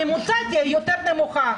הממוצע יהיה יותר נמוך.